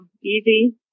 easy